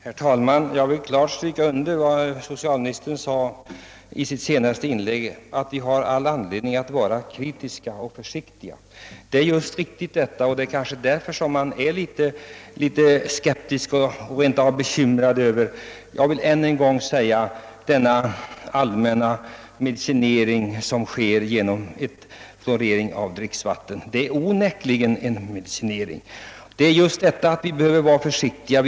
Herr talman! Jag vill stryka under vad socialministern sade i sitt senaste inlägg om att vi har all anledning att vara kritiska och försiktiga. Detta är alldeles riktigt, och det är därför som man är skeptisk eller rent av bekymrad — jag vill än en gång framhålla det — över den allmänna medicinering som sker genom fluoridering av dricksvattnet. Det är onekligen medicinering. Vi behöver, som det har sagts, vara försiktiga.